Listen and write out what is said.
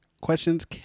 questions